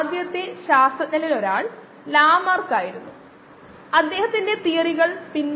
അതിനാൽ നമ്മൾ എത്തിച്ചേർന്നത് ഇതാണ്